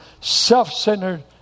Self-centered